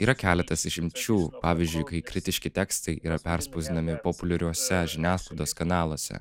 yra keletas išimčių pavyzdžiui kai kritiški tekstai yra perspausdinami populiariuose žiniasklaidos kanaluose